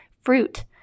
fruit